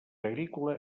agrícola